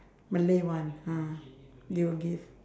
malay one ah they will give